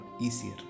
easier